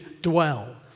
dwell